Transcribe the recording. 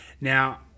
Now